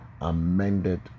amended